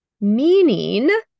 Meaning